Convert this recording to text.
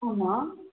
ஆமாம்